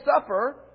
suffer